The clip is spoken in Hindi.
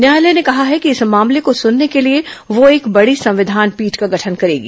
न्यायालय ने कहा है कि इस मामले को सुनने के लिए वह एक बड़ी संविधान पीठ का गठन करेगा